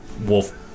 Wolf